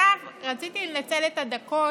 עכשיו, רציתי לנצל את הדקות